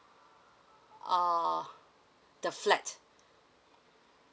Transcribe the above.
err the flat